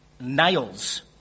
nails